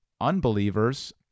unbelievers